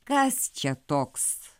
kas čia toks